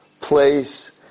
place